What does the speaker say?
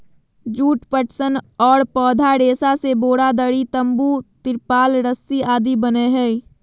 जुट, पटसन आर पौधा रेशा से बोरा, दरी, तंबू, तिरपाल रस्सी आदि बनय हई